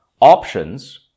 Options